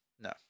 No